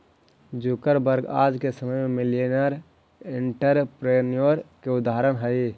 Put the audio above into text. Zuckerberg आज के समय में मिलेनियर एंटरप्रेन्योर के उदाहरण हई